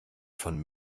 von